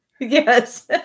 Yes